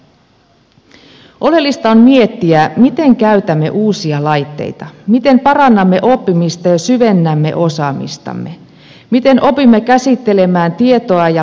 oleellista on miettiä miten käytämme uusia laitteita miten parannamme oppimista ja syvennämme osaamistamme miten opimme käsittelemään tietoa ja luomaan uutta